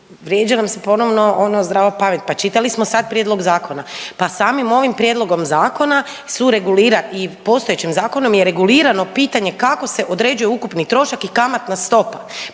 vrijeđa nas ponovno ono zdravu pamet, pa čitali smo sad prijedlog zakona. Pa samim ovim prijedlogom zakona su, regulira i postojećim zakonom je regulirano pitanje kako se određuje ukupni trošak i kamatna stopa.